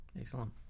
Excellent